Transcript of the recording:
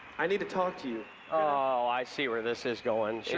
i need to talk to you. oh, i see where this is going. sure,